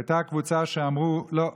הייתה קבוצה שאמרה: לא,